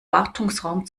wartungsraum